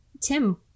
tim